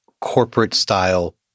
corporate-style